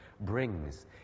brings